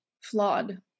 flawed